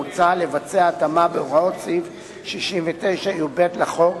מוצע לבצע התאמה בהוראות סעיף 69יב לחוק,